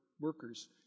workers